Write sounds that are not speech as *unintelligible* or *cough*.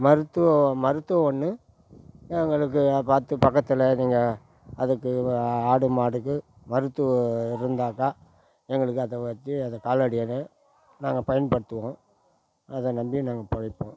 மருத்துவம் மருத்துவம் ஒன்று எங்களுக்கு பார்த்து பக்கத்தில் நீங்கள் அதுக்கு ஆடு மாட்டுக்கு மருத்துவம் இருந்தால் தான் எங்களுக்கு அதை வெச்சு அதை *unintelligible* நாங்கள் பயன்படுத்துவோம் அதை நம்பி நாங்கள் பிழைப்போம்